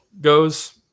goes